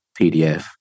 PDF